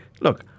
Look